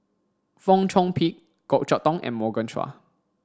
Fong Chong Pik Goh Chok Tong and Morgan Chua